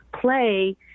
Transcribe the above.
play